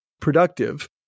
productive